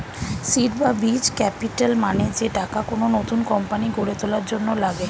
seed বা বীজ capital মানে যে টাকা কোন নতুন কোম্পানি গড়ে তোলার জন্য লাগে